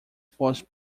false